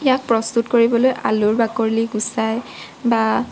ইয়াক প্ৰস্তুত কৰিবলৈ আলুৰ বাকলি গুচাই বা